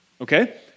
Okay